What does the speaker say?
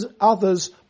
others